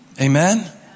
Amen